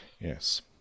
Yes